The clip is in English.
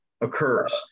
occurs